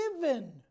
given